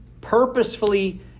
purposefully